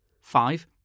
Five